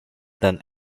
than